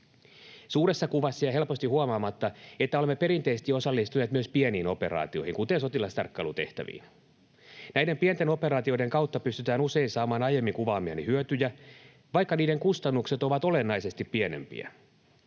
Suuressa kuvassa jää helposti huomaamatta, että olemme perinteisesti osallistuneet myös pieniin operaatioihin, kuten sotilastarkkailutehtäviin. Näiden pienten operaatioiden kautta pystytään usein saamaan aiemmin kuvaamiani hyötyjä, vaikka niiden kustannukset ovat olennaisesti pienempiä.